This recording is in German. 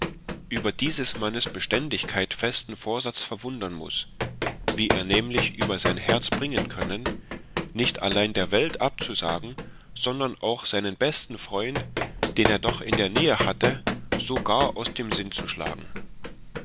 über dieses manns beständigkeit und festen vorsatz verwundern muß wie er nämlich über sein herz bringen können nicht allein der welt abzusagen sondern auch seinen besten freund den er doch in der nähe hatte so gar aus dem sinn zu schlagen